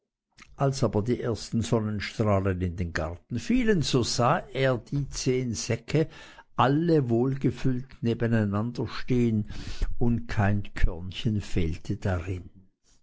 als aber die ersten sonnenstrahlen in den garten fielen so sah er die zehn säcke alle wohl gefüllt nebeneinander stehen und kein körnchen fehlte darin